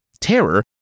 Terror